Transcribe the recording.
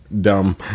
dumb